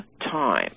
time